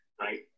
right